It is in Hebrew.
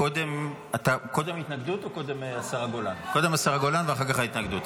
קודם השרה גולן, ואחר כך ההתנגדות.